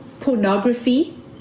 pornography